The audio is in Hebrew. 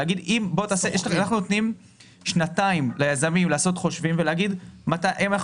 להגיד שאנחנו נותנים ליזמים שנתיים לעשות חושבים ולהגיד אם אנחנו